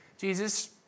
Jesus